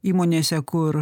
įmonėse kur